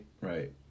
Right